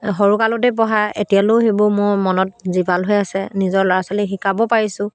সৰুকালতেই পঢ়া এতিয়ালৈয়ো সেইবোৰ মোৰ মনত জীপাল হৈ আছে নিজৰ ল'ৰা ছোৱালীক শিকাব পাৰিছোঁ